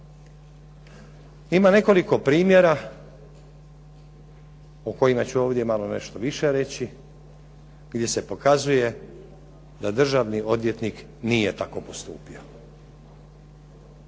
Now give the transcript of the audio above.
Ima nekoliko primjera o kojima ću ovdje nešto malo više reći gdje se pokazuje da državni odvjetnik nije tako postupio.